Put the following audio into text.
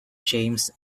james